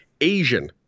Asian